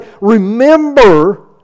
Remember